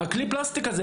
כלי הפלסטיק הזה,